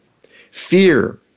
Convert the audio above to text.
Fear